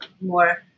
more